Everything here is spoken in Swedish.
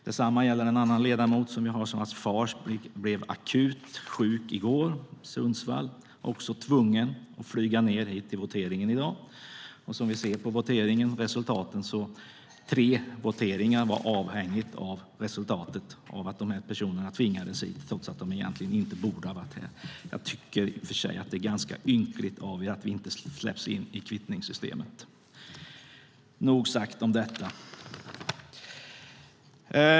Detsamma gäller en annan ledamot vars far blev akut sjuk i går i Sundsvall. Han blev också tvungen att flyga till voteringen i dag. Vi kunde se att resultaten för tre omröstningar var avhängiga av att dessa personer tvingades hit trots att de egentligen inte borde ha varit här. Jag tycker att det är ynkligt av er att vi inte släpps in i kvittningssystemet. Nog sagt om detta.